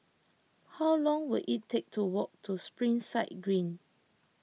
how long will it take to walk to Springside Green